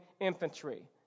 infantry